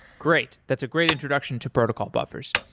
great. that's a great introduction to protocol buffers.